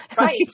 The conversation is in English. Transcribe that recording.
Right